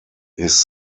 his